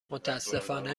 متأسفانه